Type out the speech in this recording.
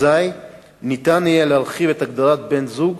אזי ניתן יהיה להרחיב את הגדרת בן-זוג